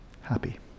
happy